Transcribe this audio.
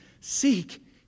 Seek